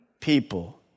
people